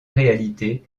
réalité